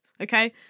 Okay